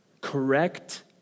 Correct